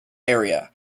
area